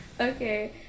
Okay